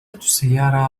السيارة